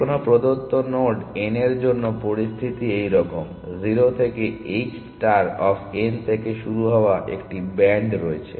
যে কোনো প্রদত্ত নোড n এর জন্য পরিস্থিতি এইরকম 0 থেকে h ষ্টার অফ n থেকে শুরু হওয়া একটি ব্যান্ড রয়েছে